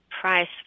price